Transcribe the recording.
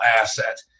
asset